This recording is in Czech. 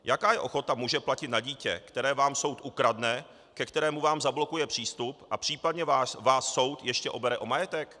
Jaká je ochota muže platit na dítě, které vám soud ukradne, ke kterému vám zablokuje přístup a případně vás soud ještě obere o majetek?